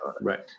Right